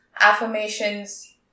affirmations